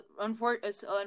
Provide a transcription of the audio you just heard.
Unfortunately